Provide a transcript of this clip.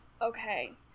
Okay